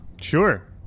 sure